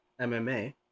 MMA